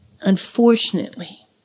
Unfortunately